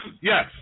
Yes